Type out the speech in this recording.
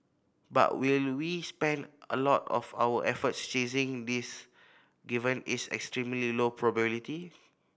but will we spend a lot of our efforts chasing this given its extremely low probability